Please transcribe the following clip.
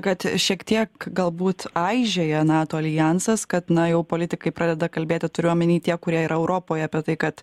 kad šiek tiek galbūt aižėja nato aljansas kad na jau politikai pradeda kalbėti turiu omeny tie kurie yra europoj apie tai kad